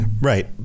Right